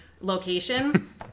location